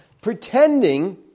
pretending